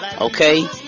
okay